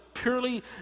Purely